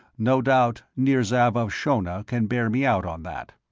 no doubt nirzav of shonna can bear me out on that.